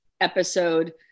episode